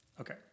okay